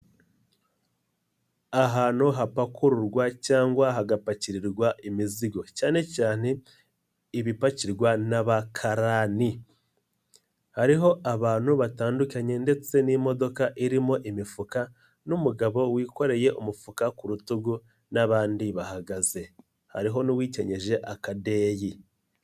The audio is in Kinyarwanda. Ahantu hapakururwa cyangwa hagapakirirwa imizigo, cyane cyane ibipakirwa n'abakarani, hariho abantu batandukanye ndetse n'imodoka irimo imifuka n'umugabo wikoreye umufuka ku rutugu n'abandi bahagaze, hariho n'uwikenyeje akadeyi.